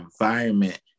environment